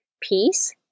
peace